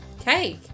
Cake